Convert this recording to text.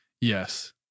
Yes